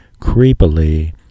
creepily